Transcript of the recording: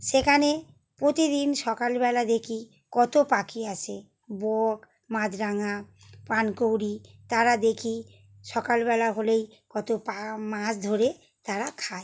সেখানে প্রতিদিন সকালবেলা দেখি কতো পাখি আসে বক মাছরাঙা পানকৌড়ি তারা দেখি সকালবেলা হলেই কতো পা মাছ ধরে তারা খায়